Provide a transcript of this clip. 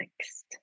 next